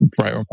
right